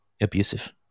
abusive